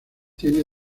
tiene